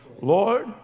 Lord